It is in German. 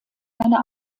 einer